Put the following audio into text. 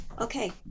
okay